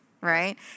right